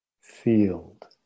field